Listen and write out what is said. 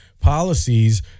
policies